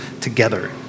together